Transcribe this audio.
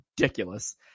ridiculous